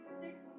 six